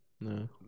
No